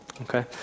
Okay